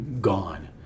gone